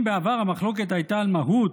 אם בעבר המחלוקת הייתה על מהות,